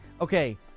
Okay